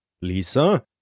Lisa